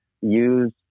Use